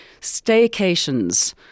Staycations